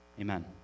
Amen